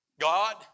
God